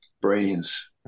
brains